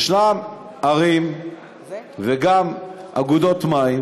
יש ערים וגם אגודות מים